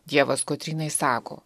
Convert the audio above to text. dievas kotrynai sako